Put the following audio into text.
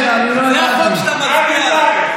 זה החוק שאתה מצביע עליו.